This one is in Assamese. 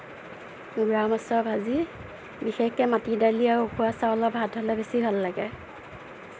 ইমৰা মাছৰ ভাজি বিশেষকে মাটি দালি আৰু উখোৱা চাউলৰ ভাত হ'লে বেছি ভাল লাগে